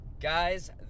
Guys